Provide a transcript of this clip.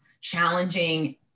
challenging